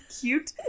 Cute